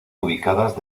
ubicadas